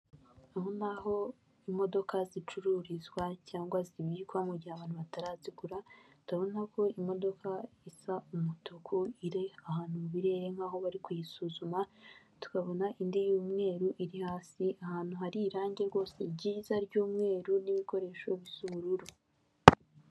Ibi ni ibiro by'ubwishingizi ari byo twita sanilamu hano mu Rwanda iyi ni inyubako ndende rwose bakoreramo, aho ushobora kubagana bakaguha serivisi z'ubwishingizi mu gihe ugize impanuka cyangwa ukagira ikindi kibazo cyatuma ukenera inyishyu y'ibyawe byose.